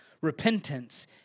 repentance